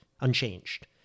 unchanged